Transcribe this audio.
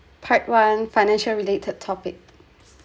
part one financial related topic